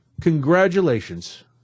Congratulations